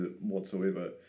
whatsoever